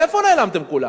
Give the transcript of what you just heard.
איפה נעלמתם כולם?